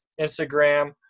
Instagram